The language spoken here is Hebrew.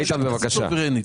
ברור שהכנסת סוברנית.